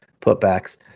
putbacks